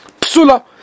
Psula